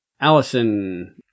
allison